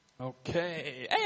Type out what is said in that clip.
Okay